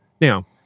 Now